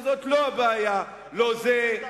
שזו לא הבעיה: לא זה,